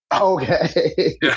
Okay